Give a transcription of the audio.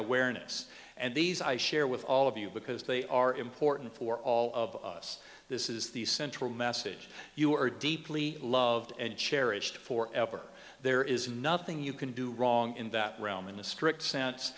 awareness and these i share with all of you because they are important for all of us this is the central message you are deeply loved and cherished for ever there is nothing you can do wrong in that realm in the strict sense